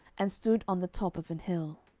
and stood on the top of an hill.